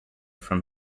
from